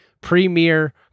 premier